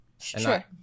sure